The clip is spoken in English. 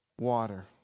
water